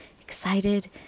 excited